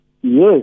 Yes